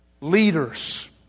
leaders